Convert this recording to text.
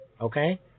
okay